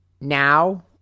now